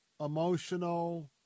emotional